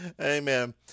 Amen